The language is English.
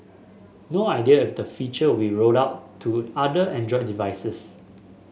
no idea if the feature will rolled out to other Android devices